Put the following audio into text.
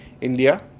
India